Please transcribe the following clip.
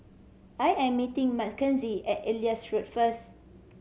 I am meeting Mackenzie at Elias Road first